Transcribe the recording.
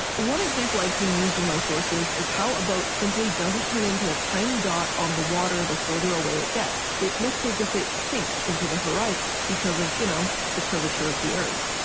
one example i've seen used in my sources is how a boat simply doesn't turn into a tiny dot on the water, the further away it gets. it looks as if it sinks into the horizon because of, you know, the curvature of the earth.